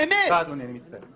סליחה אדוני, אני מצטער.